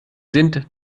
sind